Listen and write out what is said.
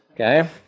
Okay